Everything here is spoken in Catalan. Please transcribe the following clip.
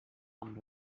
amb